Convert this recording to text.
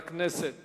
חבר הכנסת